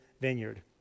vineyard